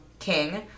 King